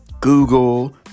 Google